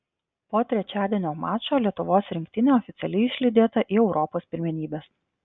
po trečiadienio mačo lietuvos rinktinė oficialiai išlydėta į europos pirmenybes